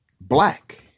black